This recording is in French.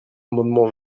amendement